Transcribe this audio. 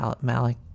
Malik